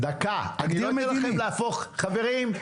חברים,